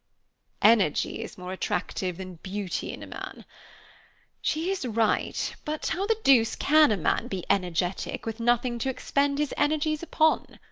energy is more attractive than beauty in a man she is right, but how the deuce can a man be energetic, with nothing to expend his energies upon?